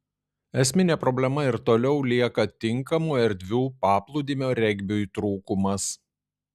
esminė problema ir toliau lieka tinkamų erdvių paplūdimio regbiui trūkumas